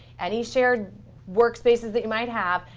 any shared workspaces that you might have.